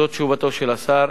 זו תשובתו של השר.